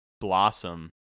blossom